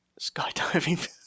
Skydiving